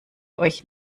euch